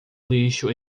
lixo